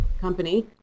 company